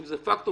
אם זה פקטור